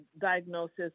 diagnosis